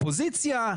אופוזיציה,